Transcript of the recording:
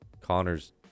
Connor's